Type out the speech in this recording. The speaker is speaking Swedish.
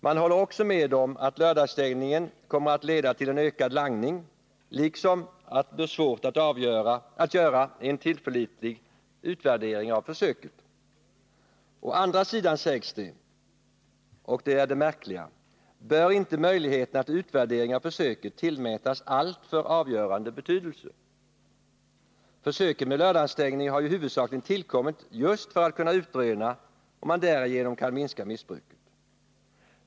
Man håller också med om att lördagsstängningen kommer att leda till en ökad langning liksom att det blir svårt att göra en tillförlitlig utvärdering av försöket. Å andra sidan sägs det — och det är det märkliga — att möjligheterna till utvärdering av försöket inte bör tillmätas alltför avgörande betydelse. Försöket med lördagsstängning har ju huvudsakligen föreslagits just för att man skall kunna utröna om man därigenom kan minska missbruket.